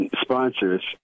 sponsors